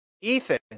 Ethan